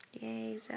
Yay